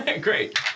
Great